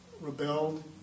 rebelled